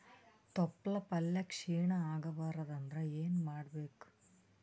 ತೊಪ್ಲಪಲ್ಯ ಕ್ಷೀಣ ಆಗಬಾರದು ಅಂದ್ರ ಏನ ಮಾಡಬೇಕು?